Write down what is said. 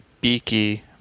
Beaky